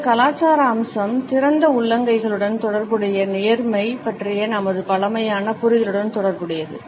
இந்த கலாச்சார அம்சம் திறந்த உள்ளங்கைகளுடன் தொடர்புடைய நேர்மை பற்றிய நமது பழமையான புரிதலுடன் தொடர்புடையது